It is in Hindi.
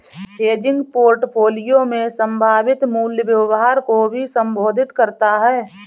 हेजिंग पोर्टफोलियो में संभावित मूल्य व्यवहार को भी संबोधित करता हैं